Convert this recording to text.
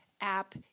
app